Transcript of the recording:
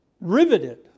riveted